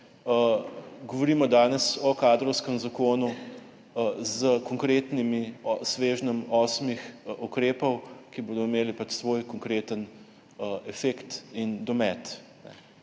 govorimo o kadrovskem zakonu s konkretnim svežnjem osmih ukrepov, ki bodo imeli svoj konkreten efekt in domet,